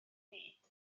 byd